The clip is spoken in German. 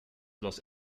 los